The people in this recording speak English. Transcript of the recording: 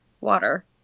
water